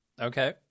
Okay